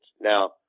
Now